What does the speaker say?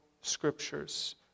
scriptures